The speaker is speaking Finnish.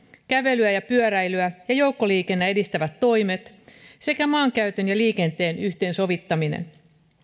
kävelyä ja pyöräilyä ja joukkoliikennettä edistävät toimet sekä maankäytön ja liikenteen yhteensovittaminen